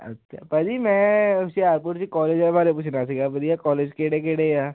ਭਾਅ ਜੀ ਮੈਂ ਹੁਸ਼ਿਆਰਪੁਰ 'ਚ ਕਾਲਜਾ ਬਾਰੇ ਪੁੱਛਣਾ ਸੀਗਾ ਵਧੀਆ ਕਾਲਜ ਕਿਹੜੇ ਕਿਹੜੇ ਆ